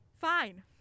Fine